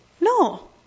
No